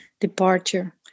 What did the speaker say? departure